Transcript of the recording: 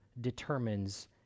determines